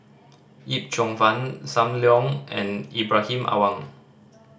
Yip Cheong Fun Sam Leong and Ibrahim Awang